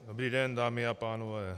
Dobrý den dámy a pánové.